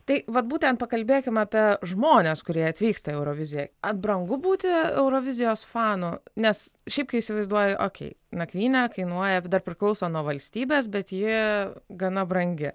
tai vat būtent pakalbėkim apie žmones kurie atvyksta į euroviziją ar brangu būti eurovizijos fanu nes šiaip kai įsivaizduoju okei nakvynė kainuoja dar priklauso nuo valstybės bet ji gana brangi